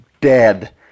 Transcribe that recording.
dead